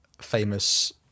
famous